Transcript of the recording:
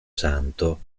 santo